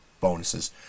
bonuses